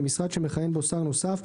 במשרד שמכהן בו שר נוסף,